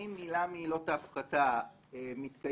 האם עילה מעילות ההפחתה מתקיימת,